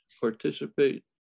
participate